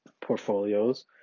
portfolios